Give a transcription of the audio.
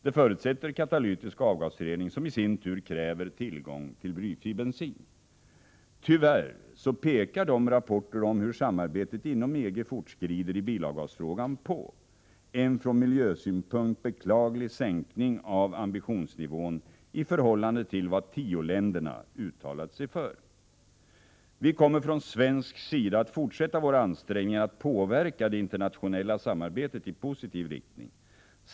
Detta förutsätter katalytisk avgasrening, som i sin tur kräver tillgång till blyfri bensin. Tyvärr pekar rapporter om hur samarbetet inom EG fortskrider i bilavgasfrågan på en från miljösynpunkt beklaglig sänkning av ambitionsnivån i förhållande till vad 10-länderna uttalat sig för. Vi kommer från svensk sida att fortsätta våra ansträngningar att påverka det internationella samarbetet i positiv riktning.